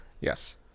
yes